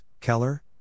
Keller